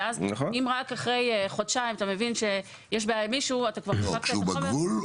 ואז אם רק אחרי חודשיים אתה מבין שיש בעיה עם מישהו --- כשהוא בגבול?